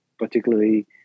particularly